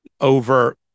over